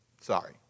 Sorry